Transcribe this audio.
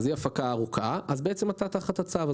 שהיא הפקה ארוכה, אתה בעצם תחת הצו.